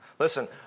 Listen